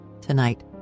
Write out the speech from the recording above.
tonight